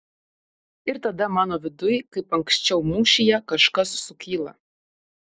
ir tada mano viduj kaip anksčiau mūšyje kažkas sukyla